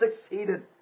succeeded